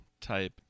type